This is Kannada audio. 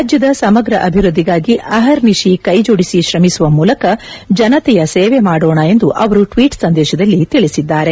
ರಾಜ್ಯದ ಸಮಗ್ರ ಅಭಿವೃದ್ಧಿಗಾಗಿ ಅಹರ್ನಿಶಿ ಕೈಜೋಡಿಸಿ ಶ್ರಮಿಸುವ ಮೂಲಕ ಜನತೆಯ ಸೇವೆ ಮಾಡೋಣ ಎಂದು ಅವರು ಟ್ವೀಟ್ ಸಂದೇಶದಲ್ಲಿ ತಿಳಿಸಿದ್ದಾರೆ